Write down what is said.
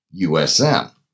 USM